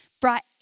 brought